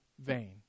vain